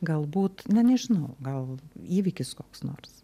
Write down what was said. galbūt na nežinau gal įvykis koks nors